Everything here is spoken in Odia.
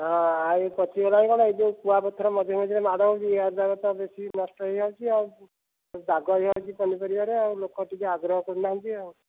ହଁ ଏଇ ପଚିଗଲାଣି କ'ଣ ଏଇ ଯୋଉ କୁଆ ପଥର ମଝିରେ ମଝିରେ ମାଡ଼ ହେଉଛି ଏହାଦ୍ୱାରା ତ ବେଶୀ ନଷ୍ଟ ହେଇଯାଉଛି ଆଉ ଦାଗ ହେଇଯାଉଛି ପନିପରିବାରେ ଆଉ ଲୋକ ଟିକେ ଆଗ୍ରହ କରୁନାହାନ୍ତି ଆଉ